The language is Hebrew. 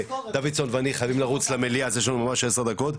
דוידסון ואני חייבים לרוץ למליאה אז יש לנו ממש עשר דקות.